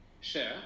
share